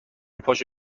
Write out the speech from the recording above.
پاشو